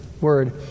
word